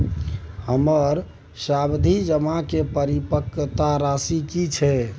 हमर सावधि जमा के परिपक्वता राशि की छै?